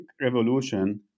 revolution